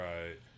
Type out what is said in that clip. Right